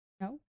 No